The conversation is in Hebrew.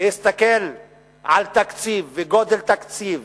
מסתכלים על התקציב וגודל התקציב